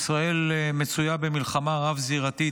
ישראל מצויה במלחמה רב-זירתית,